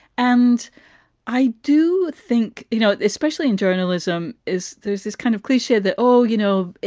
and i do think, you know, especially in journalism, is there's this kind of cliche that, oh, you know,